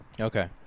Okay